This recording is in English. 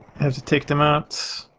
have to take them out.